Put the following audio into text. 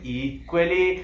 equally